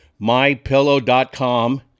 mypillow.com